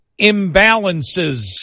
imbalances